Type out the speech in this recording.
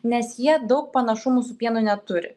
nes jie daug panašumų su pienu neturi